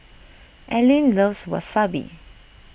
Allyn loves Wasabi